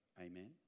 Amen